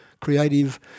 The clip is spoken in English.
creative